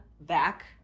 back